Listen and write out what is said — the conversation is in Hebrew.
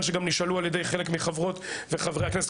שנשאלו שאלות גם על ידי חלק מחברי וחברות הכנסת.